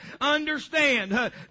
Understand